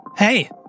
Hey